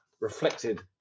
reflected